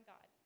God